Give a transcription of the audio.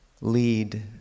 lead